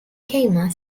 kemah